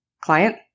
client